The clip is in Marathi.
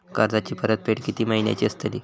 कर्जाची परतफेड कीती महिन्याची असतली?